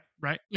Right